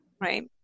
Right